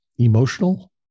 emotional